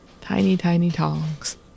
Tiny-tiny-tongs